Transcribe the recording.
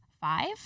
five